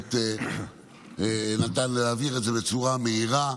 שבאמת נתן להעביר את זה בצורה מהירה,